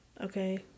okay